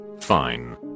Fine